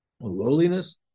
lowliness